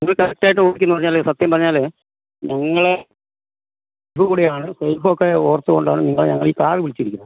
നിങ്ങൾ കറക്റ്റ് ആയിട്ട് ഓടിക്കും പറഞ്ഞാൽ സത്യം പറഞ്ഞാൽ നിങ്ങളെ കൂടെയാണ് സേഫൊക്കെ ഓർത്തു കൊണ്ടാണ് നിങ്ങളെ ഞങ്ങൾ ഈ കാറ് വിളിച്ചിരിക്കുന്നത്